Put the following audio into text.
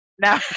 now